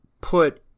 put